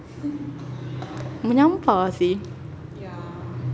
menyampah seh